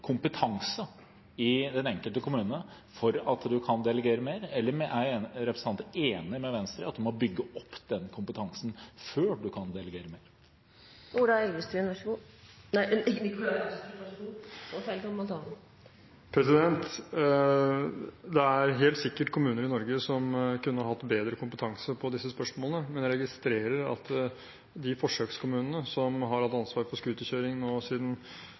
kompetanse i den enkelte kommune til at man kan delegere mer? Eller er representanten enig med Venstre i at man må bygge opp den kompetansen før man kan delegere mer? Det er helt sikkert kommuner i Norge som kunne hatt bedre kompetanse på disse spørsmålene, men jeg registrerer at mange av de forsøkskommunene som har hatt ansvar for scooterkjøring siden